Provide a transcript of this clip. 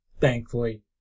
Thankfully